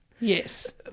Yes